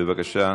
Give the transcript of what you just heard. בבקשה.